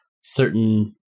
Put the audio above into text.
certain